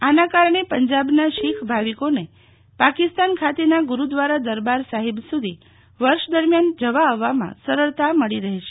આના કારણે પંજાબના શીખ ભાવિકોને પાકિસ્તાન ખાતેના ગુરૂદ્વારા દરબાર સાહિબ સુધી વર્ષ દરમિયાન જવાઆવવામાં સરળતા મળી રહેશે